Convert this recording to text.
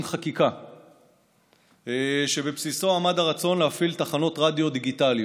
חקיקה שבבסיסו עמד הרצון להפעיל תחנות רדיו דיגיטליות.